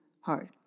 hard